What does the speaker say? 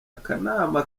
akanama